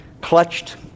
clutched